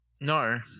No